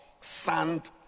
sand